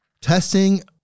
Testing